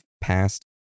past